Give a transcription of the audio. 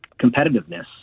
competitiveness